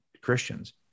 Christians